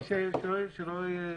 לא.